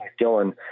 Dylan